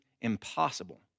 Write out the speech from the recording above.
impossible